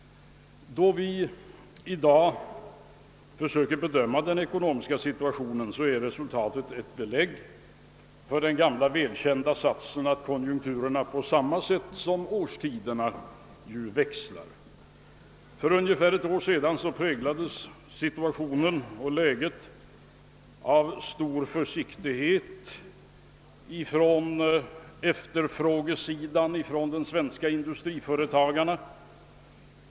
Då vi i dag försöker bedöma den ekonomiska situationen blir resultatet ett belägg för den gamla välkända satsen att konjunkturerna — på samma sätt som årstiderna — växlar. För ungefär ett år sedan präglades situationen och läget av stor försiktighet på efterfrågesidan från de svenska industriföretagarna.